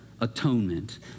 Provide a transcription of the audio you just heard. Atonement